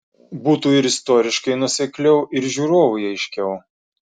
būtų ir istoriškai nuosekliau ir žiūrovui aiškiau